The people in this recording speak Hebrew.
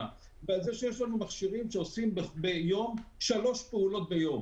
ועל זה שיש לנו מכשירים שעושים שלוש פעולות ביום